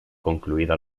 concluida